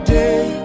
day